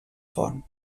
font